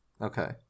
Okay